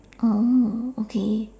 oh okay